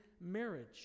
marriage